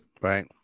right